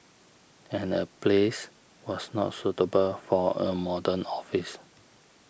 and the place was not suitable for a modern office